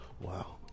Wow